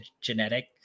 Genetic